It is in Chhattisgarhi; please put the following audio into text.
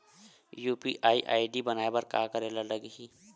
यू.पी.आई आई.डी बनाये बर का करे ल लगही?